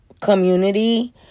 community